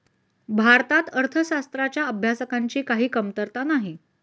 भारतात अर्थशास्त्राच्या अभ्यासकांची काही कमतरता नाही